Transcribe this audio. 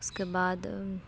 اس کے بعد